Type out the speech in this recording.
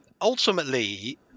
ultimately